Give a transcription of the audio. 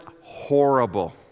horrible